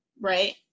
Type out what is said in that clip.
right